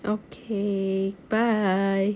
okay bye